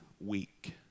week